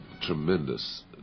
tremendous